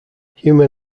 human